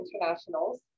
Internationals